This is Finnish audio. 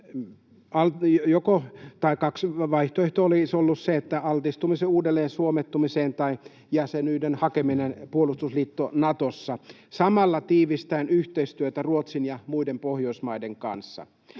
kaksi. Vaihtoehdot olisivat olleet se, että altistumme uudelleen suomettumiseen, tai jäsenyyden hakeminen puolustusliitto Natossa samalla tiivistäen yhteistyötä Ruotsin ja muiden Pohjoismaiden kanssa.